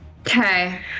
Okay